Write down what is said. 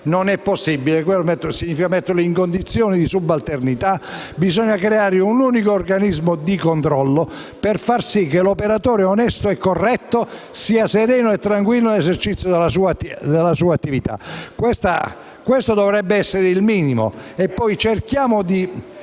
Non è possibile: questo significa metterlo in condizioni di subalternità. Bisogna creare un unico organismo di controllo per far sì che l'operatore onesto e corretto sia sereno e tranquillo nell'esercizio della sua attività. Questo dovrebbe essere il minimo. Dovremmo poi cercare di